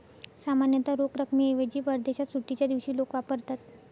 सामान्यतः रोख रकमेऐवजी परदेशात सुट्टीच्या दिवशी लोक वापरतात